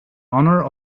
honor